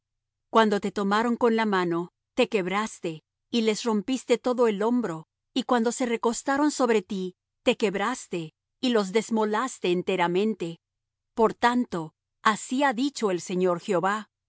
cuando te tomaron con la mano te quebraste y les rompiste todo el hombro y cuando se recostaron sobre ti te quebraste y los deslomaste enteramente por tanto así ha dicho el señor jehová